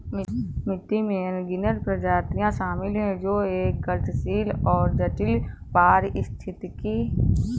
मिट्टी में अनगिनत प्रजातियां शामिल हैं जो एक गतिशील और जटिल पारिस्थितिकी तंत्र बनाती हैं